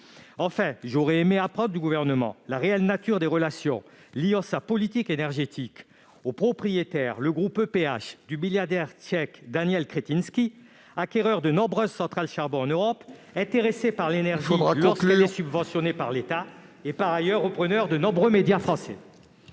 Enfin, j'aurais aimé apprendre du Gouvernement la véritable nature des relations liant sa politique énergétique au propriétaire, le groupe EPH du milliardaire tchèque Daniel Kretinsky, acquéreur de nombreuses centrales à charbon en Europe, ... Il faut conclure. ... intéressé par l'énergie lorsqu'elle est subventionnée par l'État et par ailleurs repreneur de nombreux médias français